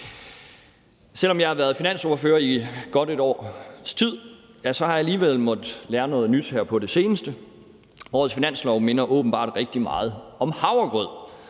Selv om jeg har været finansordfører i godt et års tid, har jeg alligevel måttet lære noget nyt her på det seneste. Årets finanslov minder åbenbart rigtig meget om havregrød.